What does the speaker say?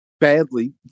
badly